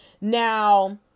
Now